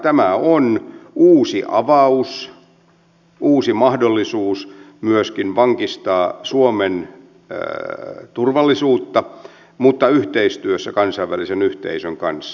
tämä on uusi avaus uusi mahdollisuus myöskin vankistaa suomen turvallisuutta mutta yhteistyössä kansainvälisen yhteisön kanssa